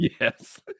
Yes